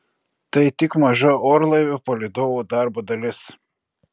tai tik maža orlaivio palydovų darbo dalis